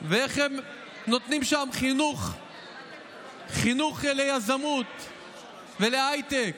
ואיך הם נותנים שם חינוך ליזמות ולהייטק.